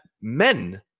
men